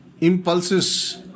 impulses